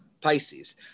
Pisces